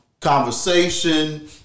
conversation